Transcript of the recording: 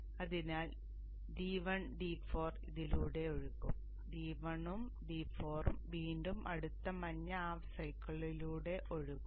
അതിനാൽ D1 D4 ഇതിലൂടെ ഒഴുകും D1ഉം D4 ഉം വീണ്ടും അടുത്ത മഞ്ഞ ഹാഫ് സൈക്കിളിലൂടെ ഒഴുകും